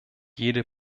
jede